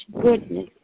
goodness